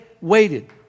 waited